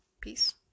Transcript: Peace